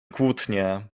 kłótnie